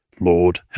Lord